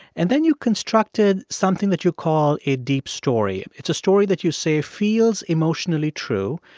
and then you constructed something that you call a deep story. it's a story that you say feels emotionally true.